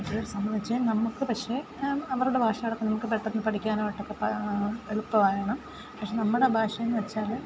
അത് സംഭവിച്ചാൽ നമുക്ക് പക്ഷെ അവരുടെ ഭാഷകളൊക്കെ നമുക്ക് പെട്ടെന്ന് പഠിക്കാനുമായിട്ടൊ ക്കെ എളുപ്പമാണ് പക്ഷെ നമ്മുടെ ഭാഷയെന്ന് വച്ചാൽ